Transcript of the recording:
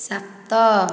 ସାତ